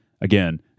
again